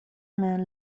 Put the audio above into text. man